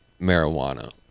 marijuana